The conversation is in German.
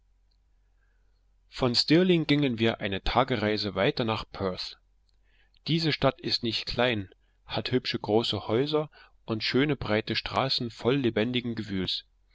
von stirling gingen wir eine tagereise weiter nach perth diese stadt ist nicht klein hat hübsche große häuser und schöne breite straßen voll lebendigen gewühls